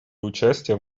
участие